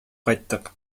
кайттык